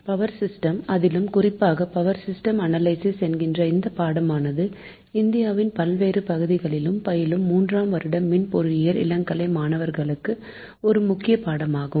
power system அதிலும் குறிப்பாக power system analysis என்கிற இந்த பாடமானது இந்தியாவின் பல்வேறு பகுதிகளிலும் பயிலும் மூன்றாம் வருட மின் பொறியியல் இளங்கலை மாணவர்களுக்கு ஒரு முக்கிய பாடமாகும்